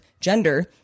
gender